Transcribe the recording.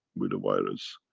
with the virus.